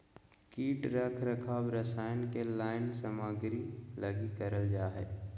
कीट रख रखाव रसायन के लाइन सामग्री लगी करल जा हइ